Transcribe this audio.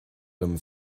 liom